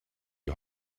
die